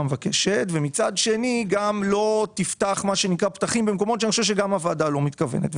מבקשת ומצד שני לא תפתח פתחים במקומות שבהם גם הוועדה לא מתכוונת.